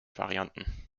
varianten